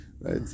Right